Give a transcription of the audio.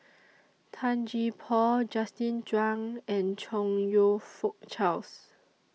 Tan Gee Paw Justin Zhuang and Chong YOU Fook Charles